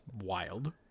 Wild